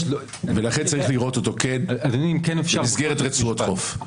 ולכן צריך לראות אותו במסגרת של רצועות חוף.